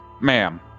Ma'am